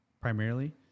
primarily